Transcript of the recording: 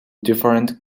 different